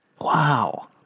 Wow